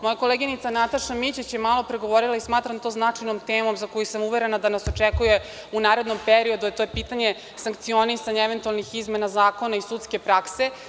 Moje koleginica Nataša Mićić, malo pre je govorila i smatram da to značajnom temom za koju sam uverena da nas očekuje u narednom periodu, to je pitanje sankcionisanja eventualnih izmena zakona isudske prakse.